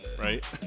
Right